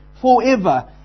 forever